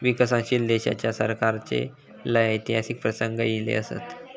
विकसनशील देशाच्या सरकाराचे लय ऐतिहासिक प्रसंग ईले असत